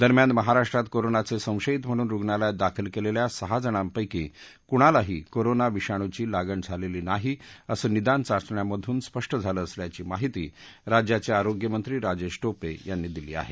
दरम्यान महाराष्ट्रात कोरोनाचे संशयित म्हणून रुग्णालयात दाखल केलेल्या सहा जणांपक्षी कुणालाही कोरोना विषाणूची लागण झालेली नाही असं निदान चाचण्यांमधून स्पष्ट झालं असल्याची माहिती राज्याचे आरोग्यमंत्री राजेश टोपे यांनी दिली आहे